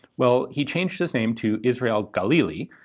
well, he changed his name to yisrael galili,